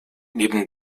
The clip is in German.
neben